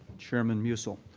chairman musil.